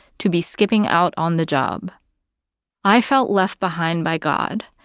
to be skipping out on the job i felt left behind by god.